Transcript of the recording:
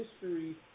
history